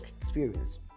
experience